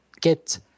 get